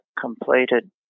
completed